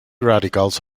radicals